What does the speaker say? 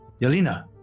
Yelena